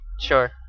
Sure